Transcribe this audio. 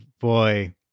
boy